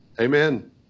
Amen